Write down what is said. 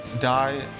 die